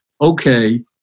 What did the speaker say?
Okay